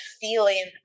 feeling